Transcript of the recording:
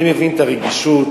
אני מבין את הרגישות.